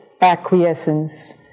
acquiescence